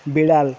বিড়াল